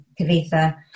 Kavitha